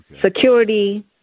security